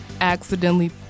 accidentally